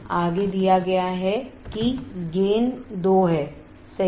आगे दिया गया है कि गेन 2 है सही